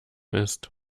ist